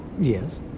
Yes